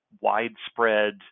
widespread